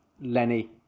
lenny